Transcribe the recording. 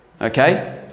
Okay